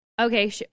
okay